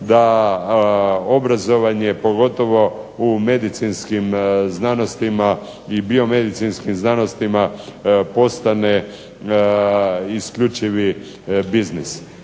da obrazovanje, pogotovo u medicinskim znanostima i biomedicinskim znanostima postane isključivi biznis.